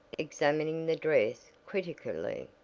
examining the dress critically.